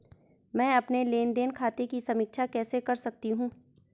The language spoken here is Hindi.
मैं अपने लेन देन खाते की समीक्षा कैसे कर सकती हूं?